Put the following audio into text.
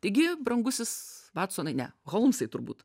taigi brangusis vatsonai ne holmsai turbūt